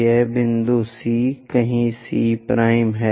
यह बिंदु C कहीं C है